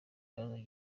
kibazo